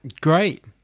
Great